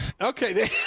Okay